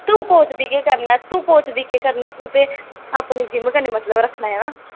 तू कोच गी केह् करना ऐ तू कोच गी केह् करना ऐ तू ते अपनी जिम कन्नै मतलब रक्खना ऐ ना